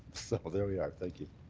but there we are. thank you.